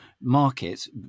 markets